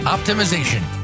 Optimization